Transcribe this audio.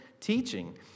teaching